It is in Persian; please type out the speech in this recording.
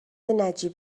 نجیب